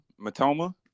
Matoma